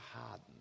hardened